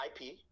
IP